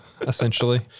essentially